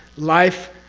life.